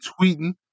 tweeting